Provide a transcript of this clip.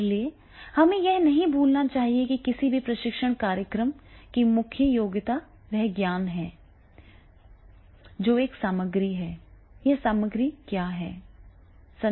इसलिए हमें यह नहीं भूलना चाहिए कि किसी भी प्रशिक्षण कार्यक्रम की मुख्य योग्यता वह ज्ञान है जो एक सामग्री है यह क्या सामग्री है